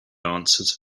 answered